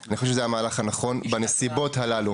אני חושב שזה המהלך הנכון בנסיבות הללו.